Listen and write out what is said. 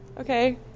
okay